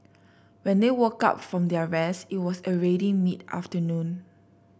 when they woke up from their rest it was already mid afternoon